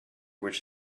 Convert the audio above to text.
which